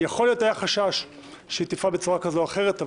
יכול להיות שהיה חשש שהיא תפעל בצורה כזו או אחרת,